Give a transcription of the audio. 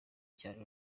cyane